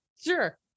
Sure